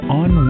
on